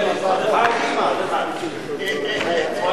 53, אין מתנגדים, אין נמנעים.